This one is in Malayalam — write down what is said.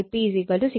Ip 6